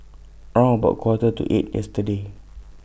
round about Quarter to eight yesterday